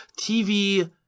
TV